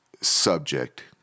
subject